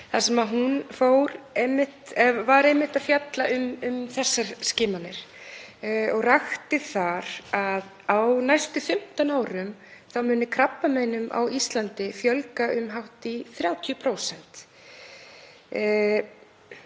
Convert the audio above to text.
—þar sem hún var einmitt að fjalla um þessar skimanir og rakti þar að á næstu 15 árum muni krabbameinum á Íslandi fjölga um hátt í 30%.